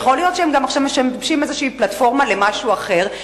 ויכול להיות שהם עכשיו משמשים איזו פלטפורמה למשהו אחר,